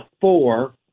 four